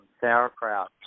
sauerkraut